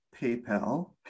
PayPal